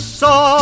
saw